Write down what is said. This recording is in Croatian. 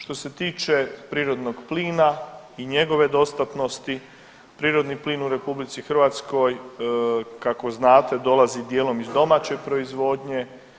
Što se tiče prirodnog plina i njegove dostatnosti, prirodni plin u RH kako znate dolazi dijelom iz domaće proizvodnje.